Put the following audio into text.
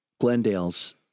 Glendale's